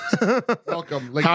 Welcome